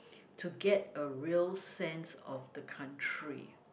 to get a real sense of the country